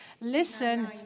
listen